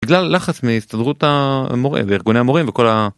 בגלל הלחץ מהסתדרות המורה בארגוני המורים וכל ה.